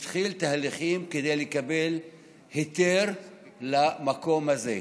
התחיל בתהליכים כדי לקבל היתר למקום הזה.